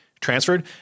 transferred